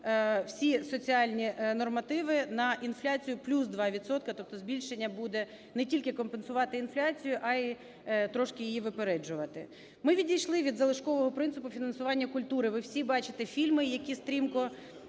всі соціальні нормативи на інфляцію плюс 2 відсотка, тобто збільшення буде не тільки компенсувати інфляцію, а і трошки її випереджувати. Ми відійшли від залишкового принципу фінансування культури. Ви всі бачите фільми, які стрімко